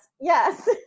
yes